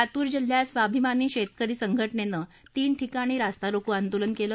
लातूर जिल्ह्यात स्वाभिमानी शेतकरी संघटनेनं तीन ठिकाणी रास्ता रोको आंदोलन केलं